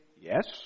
yes